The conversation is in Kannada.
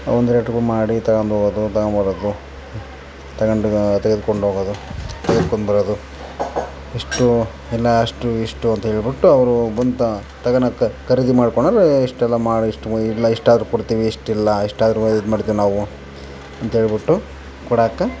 ಒಂದು ರೇಟ್ಗಳ್ ಮಾಡಿ ತಗೊಂಡ್ ಹೋಗೋದು ತಗೊಂಡ್ ಬರೋದು ತಗೊಂಡ್ ತೆಗದ್ಕೊಂಡು ಹೋಗೋದು ತೆಗೆದ್ಕೊಂಡು ಬರೋದು ಇಷ್ಟೂ ಎಲ್ಲ ಅಷ್ಟು ಇಷ್ಟು ಅಂತೇಳಿ ಬಿಟ್ಟು ಅವರು ಬಂದು ತಗಳೋಕೆ ಖರೀದಿ ಮಾಡ್ಕೊಳೊರು ಇಷ್ಟೆಲ್ಲ ಮಾ ಇಷ್ಟು ಇಲ್ಲ ಇಷ್ಟು ಆದ್ರೆ ಕೊಡ್ತೀವಿ ಇಷ್ಟಿಲ್ಲ ಇಷ್ಟು ಆದರೆ ಇದು ಮಾಡ್ತೀವಿ ನಾವು ಅಂತೇಳ್ಬಿಟ್ಟು ಕೊಡೋಕೆ